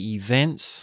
events